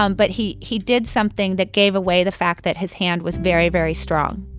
um but he he did something that gave away the fact that his hand was very, very strong,